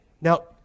now